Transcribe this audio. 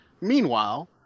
Meanwhile